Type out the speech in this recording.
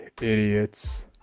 idiots